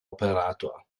operator